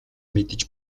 мэдэж